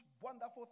wonderful